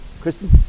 Kristen